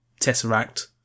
Tesseract